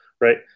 right